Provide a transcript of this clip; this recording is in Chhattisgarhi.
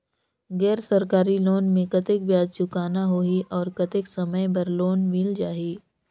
गैर सरकारी लोन मे कतेक ब्याज चुकाना होही और कतेक समय बर लोन मिल जाहि?